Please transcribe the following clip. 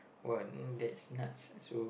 !wah! that is nuts so